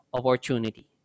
opportunity